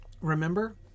remember